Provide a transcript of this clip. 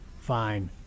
fine